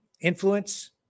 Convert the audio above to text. influence